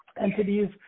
entities